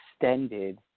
extended